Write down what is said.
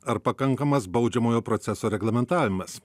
ar pakankamas baudžiamojo proceso reglamentavimas